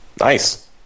Nice